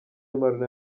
marnaud